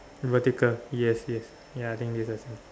vertical yes yes ya I think this is